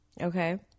Okay